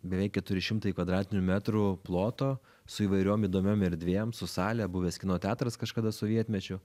beveik keturi šimtai kvadratinių metrų ploto su įvairiom įdomiom erdvėm su sale buvęs kino teatras kažkada sovietmečiu